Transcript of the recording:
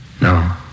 No